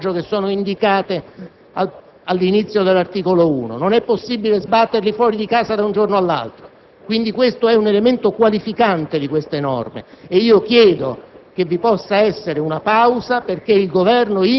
soprattutto quando si trovino nelle condizioni di disagio indicate all'inizio dell'articolo 1. Non è possibile sbattere gli inquilini fuori di casa da un giorno all'altro. Ripeto, il comma 7 è un elemento qualificante di queste norme.